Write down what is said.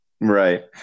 right